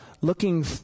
looking